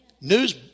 News